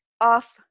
off